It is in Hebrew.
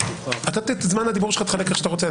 את זמן הדיבור שלך תחלק איך שאתה רוצה.